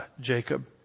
Jacob